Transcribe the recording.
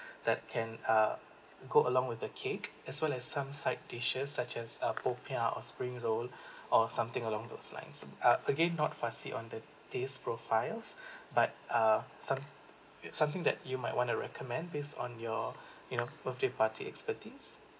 that can uh go along with the cake as well as some side dishes such as uh popiah or spring roll or something along those lines uh again not fussy on the taste profiles but uh some it's something that you might wanna recommend based on your you know birthday party expertise